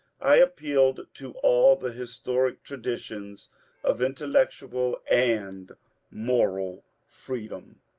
i appealed to all the historic tra ditions of intellectual and moral freedom.